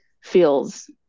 feels